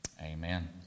Amen